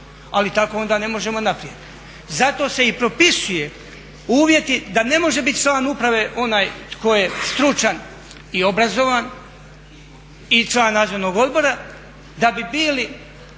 ali tako onda ne možemo naprijed. Zato se i propisuju uvjeti da ne može biti član uprave onaj tko je stručan i obrazovan i član Nadzornog odbora da Bi bili